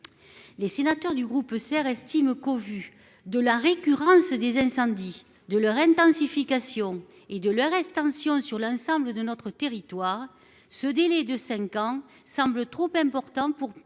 Les sénateurs du groupe SER estiment qu'au vu de la récurrence des incendies, de leur intensification et de leur extension sur l'ensemble de notre territoire ce délai de cinq ans est trop important pour permettre